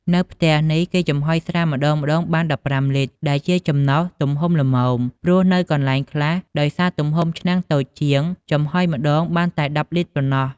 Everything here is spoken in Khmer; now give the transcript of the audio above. នៅផ្ទះនេះគេចំហុយស្រាម្តងៗបាន១៥លីត្រ ដែលជាចំណុះទំហំល្មម ព្រោះនៅកន្លែងខ្លះ ដោយសារទំហំឆ្នាំងតូចជាង ចំហុយម្តងបានតែ១០លីត្រប៉ុណ្ណោះ។